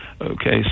Okay